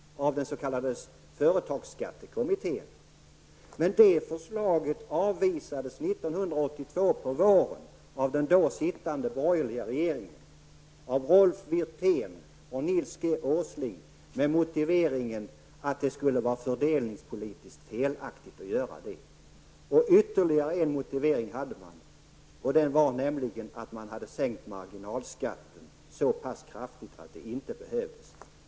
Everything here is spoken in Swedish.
Men det förslaget avvisades våren Wirtén och Nils G. Åsling motiverade detta med att det var fördelningspolitiskt felaktigt att avskaffa denna beskattning. De hade ytterligare en motivering, nämligen att marginalskatten hade sänkts så kraftigt att det inte behövdes.